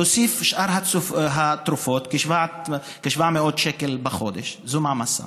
תוסיף את שאר התרופות, כ-700 שקל בחודש, זו מעמסה.